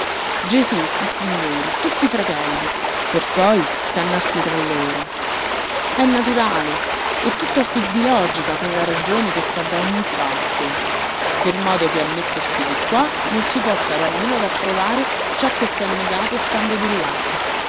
mondo gesú sissignori tutti fratelli per poi scannarsi tra loro è naturale e tutto a fil di logica con la ragione che sta da ogni parte per modo che a mettersi di qua non si può fare a meno d'approvare ciò che s'è negato stando di là